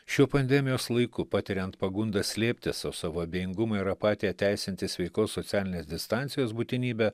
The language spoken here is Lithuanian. šiuo pandemijos laiku patiriant pagundą slėptis o savo abejingumą ir apatiją teisinti sveikos socialinės distancijos būtinybe